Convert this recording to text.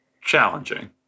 challenging